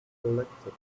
collected